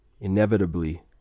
inevitably